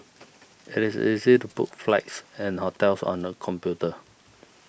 it is easy to book flights and hotels on the computer